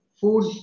food